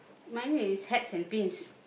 mine is hats and pins